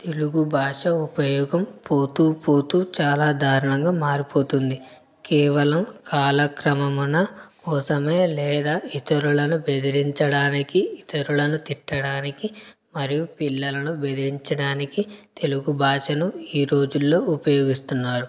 తెలుగు భాష ఉపయోగం పోతూ పోతూ చాలా దారుణంగా మారిపోతుంది కేవలం కాలక్రమమున కోసమే లేదా ఇతరులను బెదిరించడానికి ఇతరులను తిట్టడానికి మరియు పిల్లలను బెదిరించడానికి తెలుగు భాషను ఈ రోజుల్లో ఉపయోగిస్తున్నారు